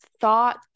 thought